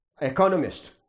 economist